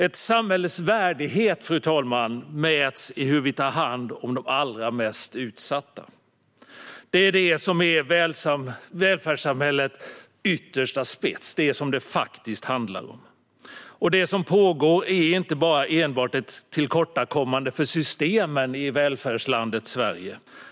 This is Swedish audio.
Ett samhälles värdighet mäts i hur vi tar hand om de allra mest utsatta. Det är det som är välfärdssamhällets yttersta spets, det som det faktiskt handlar om. Det som pågår är inte enbart ett tillkortakommande för systemen i välfärdslandet Sverige.